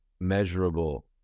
measurable